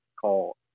call